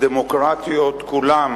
בעולם המודרני הדמוקרטיות כולן